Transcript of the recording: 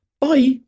Bye